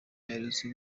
aherutse